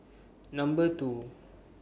Number two